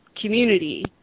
community